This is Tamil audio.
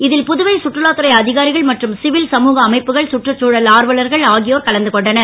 இ ல் புதுவை சுற்றுலா துறை அ காரிகள் மற்றும் சிவில் சமூக அமைப்புகள் சுற்றுச்சூழல் ஆர்வலர்கள் ஆகியோர் கலந்து கொண்டனர்